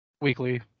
Weekly